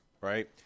right